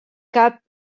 cap